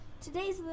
today's